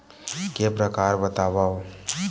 के प्रकार बतावव?